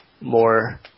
more